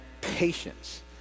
patience